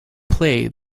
play